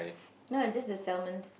no just the salmons